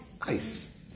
Ice